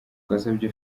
twasabye